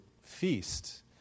feast